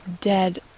dead